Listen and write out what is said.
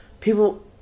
people